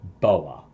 Boa